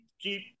keep